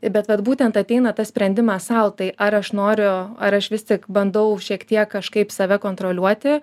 ir bet vat būtent ateina tas sprendimas sau tai ar aš noriu ar aš vis tik bandau šiek tiek kažkaip save kontroliuoti